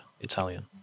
Italian